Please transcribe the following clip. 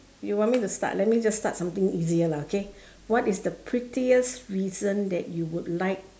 you want me to start let me just start something easier lah okay what is the prettiest reason that you would like